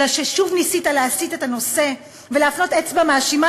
אלא ששוב ניסית להסיט את הנושא ולהפנות אצבע מאשימה